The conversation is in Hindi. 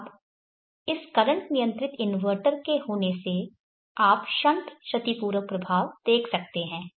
अब इस करंट नियंत्रित इन्वर्टर के होने से आप शंट क्षतिपूरक प्रभाव देख सकते हैं